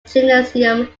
gymnasium